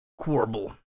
Quarble